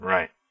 Right